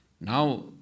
Now